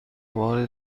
بار